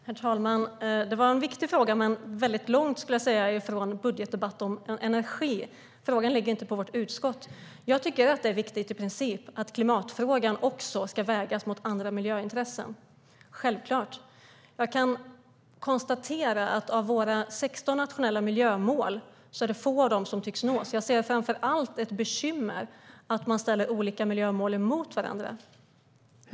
Herr talman! Det var en viktig fråga, men jag skulle säga att den ligger väldigt långt ifrån en budgetdebatt om energi. Frågan ligger inte på vårt utskott. Jag tycker att det är viktigt i princip att klimatfrågan också ska vägas mot andra miljöintressen - självklart. Jag kan konstatera att det är få av våra 16 nationella miljömål som nås. Jag ser framför allt ett bekymmer i att man ställer olika miljömål mot varandra.